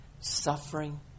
Suffering